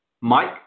mike